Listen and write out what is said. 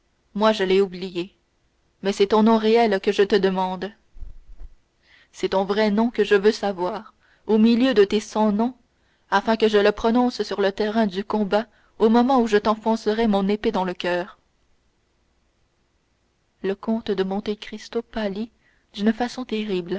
moi je l'ai oublié mais c'est ton nom réel que je te demande c'est ton vrai nom que je veux savoir au milieu de tes cent noms afin que je le prononce sur le terrain du combat au moment où je t'enfoncerai mon épée dans le coeur le comte de monte cristo pâlit d'une façon terrible